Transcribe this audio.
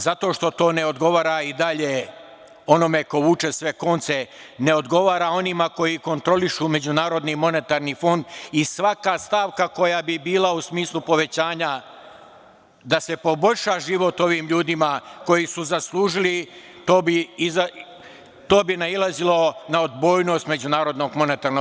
Zato što to ne odgovara i dalje onome ko vuče sve konce, ne odgovara onima koji kontrolišu MMF i svaka stavka koja bi bila u smislu povećanja da se poboljša život ovim ljudima koji su zaslužili, to bi nailazilo na odbojnost MMF-a.